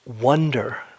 wonder